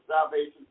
salvation